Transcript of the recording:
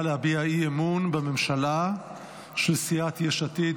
להביע אי-אמון בממשלה של סיעת יש עתיד.